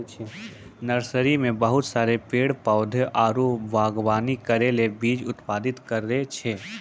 nursery मे बहुत सारा पेड़ पौधा आरु वागवानी करै ले बीज उत्पादित करै छै